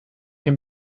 can